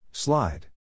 Slide